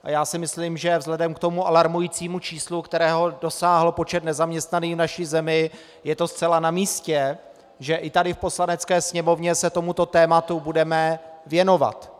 Já si myslím, že vzhledem k tomu alarmujícímu číslu, kterého dosáhl počet nezaměstnaných v naší zemi, je to zcela namístě, že i tady v Poslanecké sněmovně se tomuto tématu budeme věnovat.